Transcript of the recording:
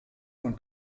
von